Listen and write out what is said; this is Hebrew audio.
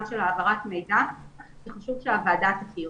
של העברת מידע וחשוב שהוועדה תכיר.